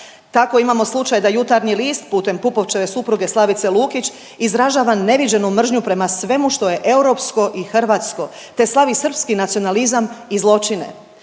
Tako imamo slučaj da Jutarnji list putem Pupovčeve supruge Slavice Lukić izražava neviđenu mržnju prema svemu što je Europsko i Hrvatsko te slavi srpski nacionalizam i zločine.